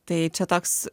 tai čia toks